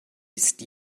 ist